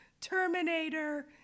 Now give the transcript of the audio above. Terminator